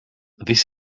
this